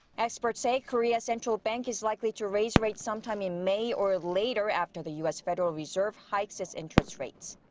experts say korea's central bank is likely to raise rates sometime in may or later, after the u s. federal reserve hikes its interest rates.